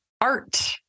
art